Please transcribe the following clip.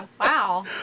Wow